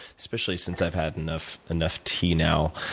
especially since i've had enough enough tea now